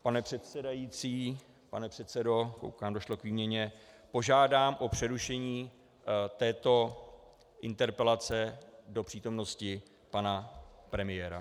Pane předsedající, pane předsedo, koukám, došlo k výměně, požádám o přerušení této interpelace do přítomnosti pana premiéra.